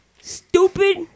stupid